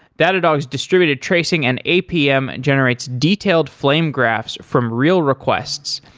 datadog's distributed tracing an apm and generates detailed flame graphs from real requests,